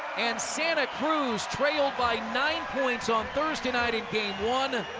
and santa cruz trailed by nine points on thursday night in game one.